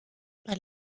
par